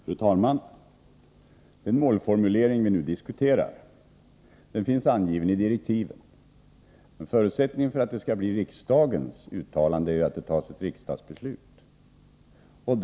Fru talman! Den målformulering vi nu diskuterar finns angiven i direktiven. En förutsättning för ett riksdagens uttalande är att det här fattas ett beslut därom.